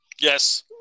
Yes